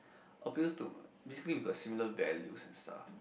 appeals to basically with a similar values and stuff